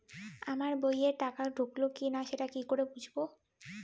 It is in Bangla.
আমার বইয়ে টাকা ঢুকলো কি না সেটা কি করে বুঝবো?